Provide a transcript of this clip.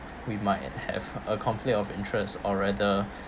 we might have a conflict of interest or rather